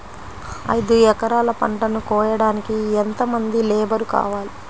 ఐదు ఎకరాల పంటను కోయడానికి యెంత మంది లేబరు కావాలి?